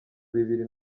bibiri